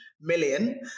million